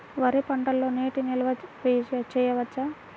వరి పంటలో నీటి నిల్వ చేయవచ్చా?